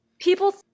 People